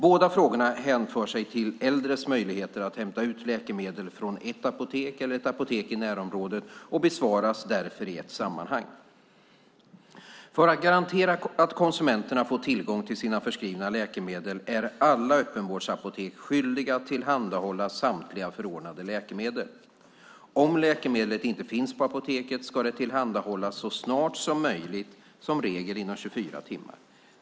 Båda frågorna hänför sig till de äldres möjligheter att hämta ut läkemedel från ett apotek eller ett apotek i närområdet och besvaras därför i ett sammanhang. För att garantera att konsumenterna får tillgång till sina förskrivna läkemedel är alla öppenvårdsapotek skyldiga att tillhandahålla samtliga förordnade läkemedel. Om läkemedlet inte finns på apoteket ska det tillhandahållas så snart som möjligt, som regel inom 24 timmar.